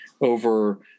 over